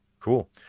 Cool